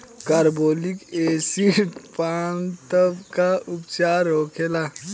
Carbolic acid पान तब का उपचार होखेला?